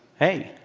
hey,